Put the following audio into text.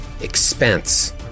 expense